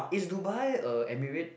is Dubai a Emirate